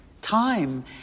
Time